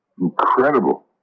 Incredible